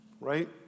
Right